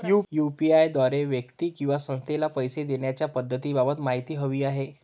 UPI द्वारे व्यक्ती किंवा संस्थेला पैसे देण्याच्या पद्धतींबाबत माहिती हवी आहे